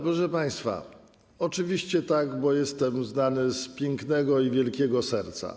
Proszę państwa, oczywiście tak, bo jestem znany z pięknego i wielkiego serca.